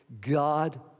God